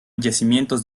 yacimientos